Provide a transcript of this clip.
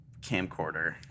camcorder